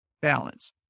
balance